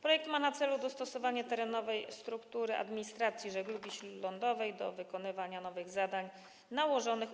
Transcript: Projekt ma na celu dostosowanie terenowej struktury administracji żeglugi śródlądowej do wykonywania nowych zadań nałożonych